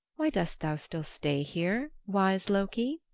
why dost thou still stay here, wise loki?